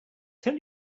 tell